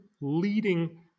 leading